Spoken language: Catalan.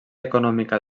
econòmica